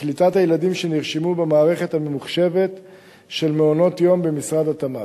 וקליטת הילדים שנרשמו במערכת הממוחשבת של מעונות יום במשרד התמ"ת.